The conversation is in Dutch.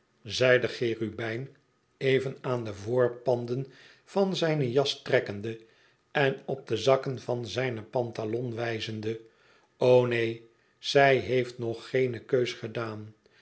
zei de cherubijn even aan de voorpanden van zijne jas trekkende en op de zakken van zijne pantalon wijzende o neen zij heeft nog geene keus gedaan